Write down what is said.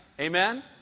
Amen